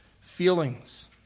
feelings